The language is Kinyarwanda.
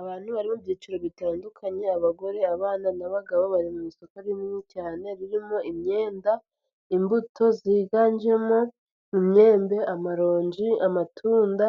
Abantu barimo mu byiciro bitandukanye, abagore, abana n'abagabo bari mu isoko rinini cyane ririmo imyenda, imbuto ziganjemo imyembe, amaronji, amatunda